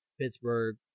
Pittsburgh